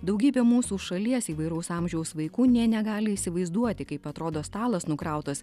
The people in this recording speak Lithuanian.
daugybė mūsų šalies įvairaus amžiaus vaikų nė negali įsivaizduoti kaip atrodo stalas nukrautas